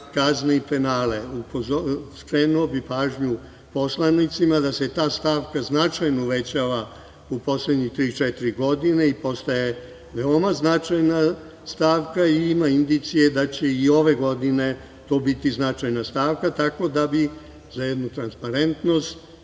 kazne i penale. Skrenuo bih pažnju poslanicima da se ta stavka značajno uvećava u poslednjih tri, četiri godine i postaje veoma značajna stavka i ima indicije da će i ove godine to biti značajna stavka. Tako da bi, za jednu transparentnost,